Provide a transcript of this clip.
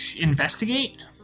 investigate